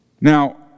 Now